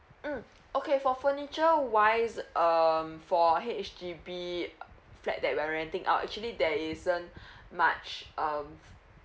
mm okay for furniture wise um for H_D_B uh flat that we're renting out actually there isn't much um